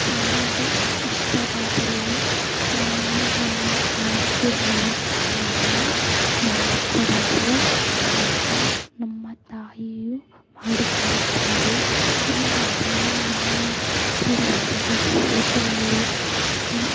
ತಿನ್ನಲು ಇಷ್ಟವಾದಲ್ಲಿ ನಾನು ನನ್ನ ತಾಯಿಗೆ ಹೇಳುತ್ತೇನೆ ಮಾಡಿಕೊಡಲು ಆಗ ನಮ್ಮ ತಾಯಿಯು ಮಾಡಿ ಕೊಡುತ್ತಾರೆ ಇಲ್ಲವಾದಲ್ಲಿ ನಾನು ಇಲ್ಲಿ ಹೊರಗಡೆ ಹೋಟಲಲ್ಲಿ